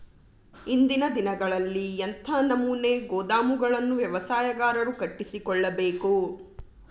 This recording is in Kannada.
ಇಂದಿನ ದಿನಗಳಲ್ಲಿ ಎಂಥ ನಮೂನೆ ಗೋದಾಮುಗಳನ್ನು ವ್ಯವಸಾಯಗಾರರು ಕಟ್ಟಿಸಿಕೊಳ್ಳಬೇಕು?